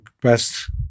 best